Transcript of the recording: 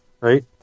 right